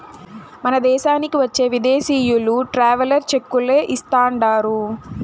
మన దేశానికి వచ్చే విదేశీయులు ట్రావెలర్ చెక్కులే ఇస్తాండారు